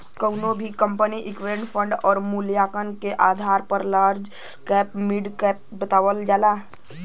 कउनो भी कंपनी क इक्विटी फण्ड क मूल्यांकन के आधार पर लार्ज कैप मिड कैप बतावल जाला